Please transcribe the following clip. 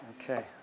Okay